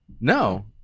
No